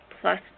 plus